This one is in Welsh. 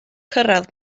cyrraedd